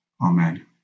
Amen